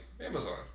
Amazon